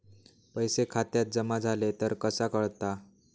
पैसे खात्यात जमा झाले तर कसा कळता?